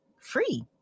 free